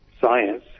science